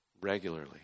regularly